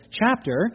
chapter